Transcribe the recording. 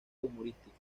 humorística